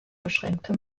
beschränkte